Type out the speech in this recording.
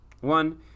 One